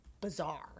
bizarre